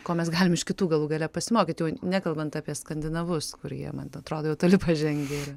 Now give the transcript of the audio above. ko mes galim iš kitų galų gale pasimokyt jau nekalbant apie skandinavus kur jie man ten atrodo jau toli pažengė